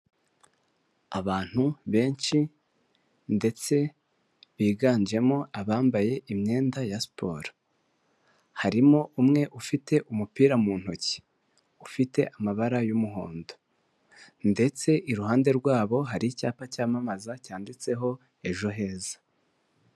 Abantu benshi ndetse biganjemo abambaye imyenda ya siporo, harimo umwe ufite umupira mu ntoki ufite amabara y'umuhondo ndetse iruhande rwabo hari icyapa cyamamaza cyanditseho ejo heza.